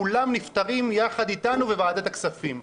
כולם נפתרים יחד איתנו בוועדת הכספים.